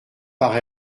par